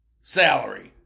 salary